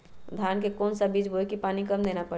धान का कौन सा बीज बोय की पानी कम देना परे?